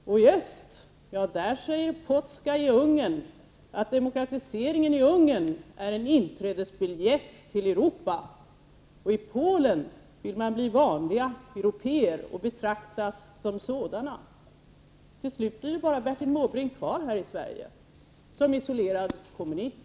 I öst säger Pozsgay i Ungern att demokratiseringen i Ungern är en inträdesbiljett till Europa. I Polen vill man bli vanliga européer och betraktas som sådana. Till sist blir bara Bertil Måbrink här i Sverige kvar som isolerad kommunist.